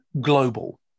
Global